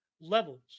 levels